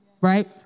Right